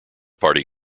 party